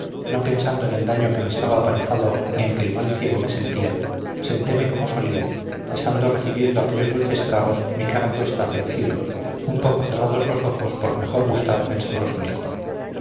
no pensando en el daño que me estaba aparejado ni que el mal ciego me sentía sentéme como solía estando recibiendo aquellos dulces tragos mi cara puesta hacia el cielo un poco cerrados los ojos por mejor gustar el sabroso licor